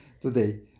Today